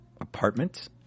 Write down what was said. apartment